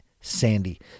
Sandy